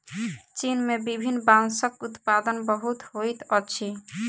चीन में विभिन्न बांसक उत्पादन बहुत होइत अछि